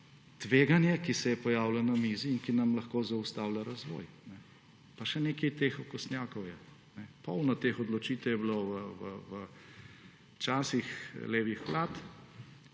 tveganje, ki se je pojavilo na mizi in ki nam lahko zaustavlja razvoj. Pa še nekaj je teh okostnjakov. Polno teh odločitev je bilo v časih levih vlad,